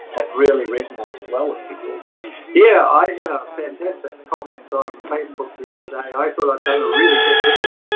have really resonated well with people. david yeah, i had a fantastic comment on facebook the other day. i thought i'd done a really good video,